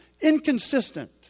inconsistent